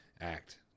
act